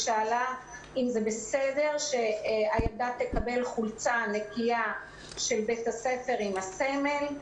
שאלה אם זה בסדר שהילדה תקבל חולצה נקייה של בית הספר עם הסמל,